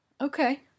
Okay